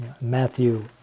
Matthew